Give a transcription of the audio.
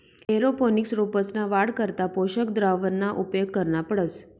aeroponics रोपंसना वाढ करता पोषक द्रावणना उपेग करना पडस